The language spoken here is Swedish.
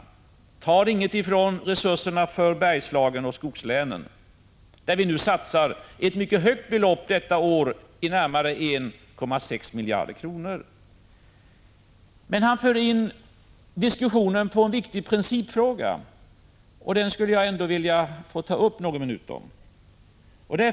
De tar inget från resurserna för Bergslagen och skogslänen, där vi nu satsar ett mycket högt belopp detta år — närmare 1,6 miljarder kronor. Men Per Westerberg för in diskussionen på en viktig principfråga, som jag skulle vilja ägna någon minut åt.